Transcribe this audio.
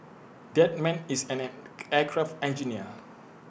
that man is an aircraft engineer